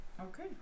Okay